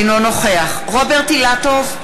אינו נוכח רוברט אילטוב,